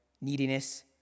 Neediness